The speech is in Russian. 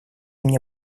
мне